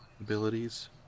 abilities